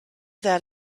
that